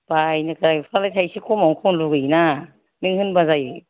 बायनो थाखाय एफा बे थाइसे खमआवनो खम लुबैयो ना नों होनबा जायो